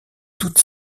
toute